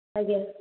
ଆଜ୍ଞା